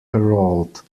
perrault